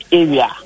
area